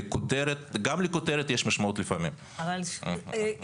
גם לכותרת יש משמעות לפעמים --- ייתכן,